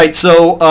like so